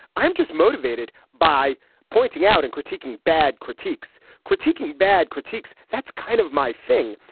i'm just motivated by pointing out and critiquing bad critiques, critiquing bad critiques. that's kind of my thing.